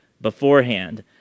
beforehand